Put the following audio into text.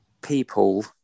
people